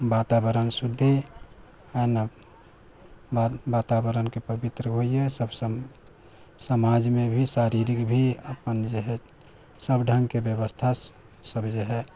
वातावरण शुद्धि है ना वातावरण के पवित्र होइया सबसे समाज मे भी शारीरिक भी अपन जे है सब ढंग के व्यवस्था सब जे है